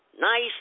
nice